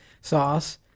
sauce